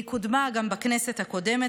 היא קודמה גם בכנסת הקודמת,